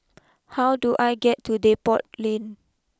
how do I get to Depot Lane